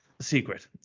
secret